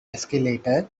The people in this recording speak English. escalator